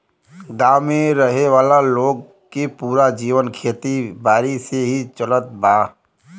गांव में रहे वाला लोग के पूरा जीवन खेती बारी से ही चलत बा